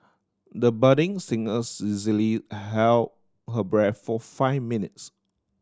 the budding singer easily held her breath for five minutes